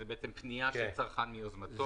זו בעצם פניה של צרכן מיוזמתו,